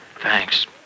Thanks